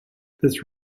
this